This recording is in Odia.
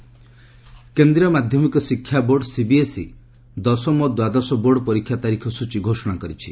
ସିବିଏସ୍ଇ କେନ୍ଦ୍ରୀୟ ମାଧ୍ୟମିକ ଶିକ୍ଷା ବୋର୍ଡ ସିବିଏସ୍ଇ ଦଶମ ଓ ଦ୍ୱାଦଶ ବୋର୍ଡ ପରୀକ୍ଷା ତାରିଖ ସୂଚୀ ଘୋଷଣା କରିଛି